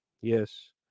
Yes